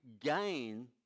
gain